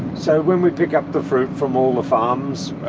so when we pick up the fruit from all the farms,